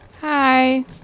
Hi